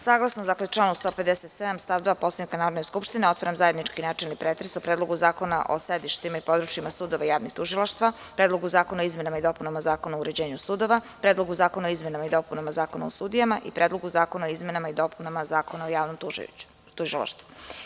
Saglasno članu 157. stav 2. Poslovnika Narodne skupštine, otvaram zajednički načelni pretres o: Predlogu zakona o sedištima i područjima sudova i javnih tužilaštava, Predlogu zakona o izmenama i dopunama Zakona o uređenju sudova, Predlogu zakona o izmenama i dopunama Zakona o sudijama i Predlogu zakona o izmenama i dopunama Zakona o javnom tužilaštvu.